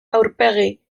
aurpegi